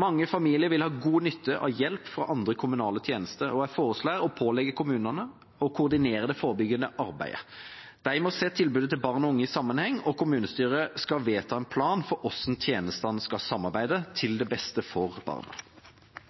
Mange familier vil ha god nytte av hjelp fra andre kommunale tjenester, og jeg foreslår å pålegge kommunene å koordinere det forebyggende arbeidet. De må se tilbudet til barn og unge i sammenheng, og kommunestyret skal vedta en plan for hvordan tjenestene skal samarbeide – til beste for barna.